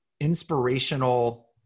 inspirational